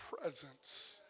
presence